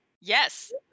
Yes